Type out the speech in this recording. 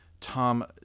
Tom